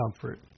comfort